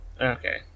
Okay